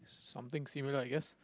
something similar I guess